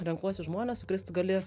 renkuosi žmones su kuriais tu gali